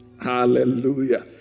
hallelujah